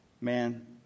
man